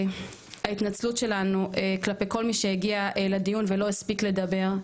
ההתנצלות שלנו כפי כל מי שהגיע לדיון ולא הספיק לדבר.